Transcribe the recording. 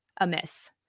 amiss